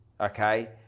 okay